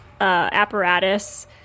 apparatus